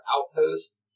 outpost